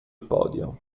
podio